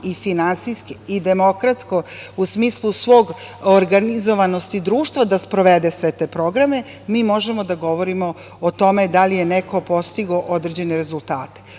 i finansijske i demokratsko, u smislu svog organizovanosti društva, da sprovede sve te programe, mi možemo da govorimo o tome da li je neko postigao određene rezultate. Po